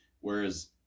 whereas